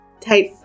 type